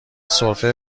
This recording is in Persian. سرفه